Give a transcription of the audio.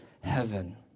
heaven